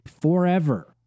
forever